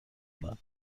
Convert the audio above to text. دهم